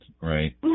right